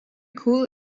cool